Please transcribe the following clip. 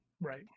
Right